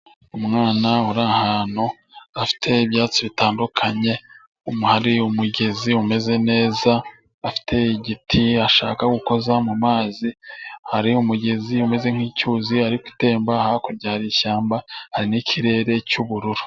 Umwana uri ahantu afite ibyatsi bitandukanye. Hari umugezi umeze neza, afite igiti ashaka gukoza mu mazi. Hari umugezi umeze nk'icyuzi ariko gitemba hakurya ishyamba n'ikirere cyu'ubururu.